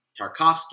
Tarkovsky